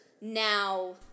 now